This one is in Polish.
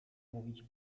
mówić